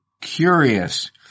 curious